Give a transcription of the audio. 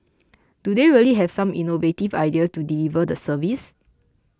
do they really have some innovative ideas to deliver the service